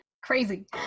Crazy